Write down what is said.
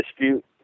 dispute